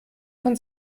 von